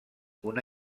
una